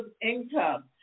income